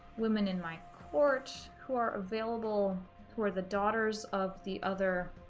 women in my court who are available who are the daughters of the other